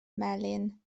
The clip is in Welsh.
melin